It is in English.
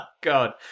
God